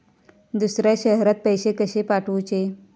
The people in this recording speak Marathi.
दुसऱ्या शहरात पैसे कसे पाठवूचे?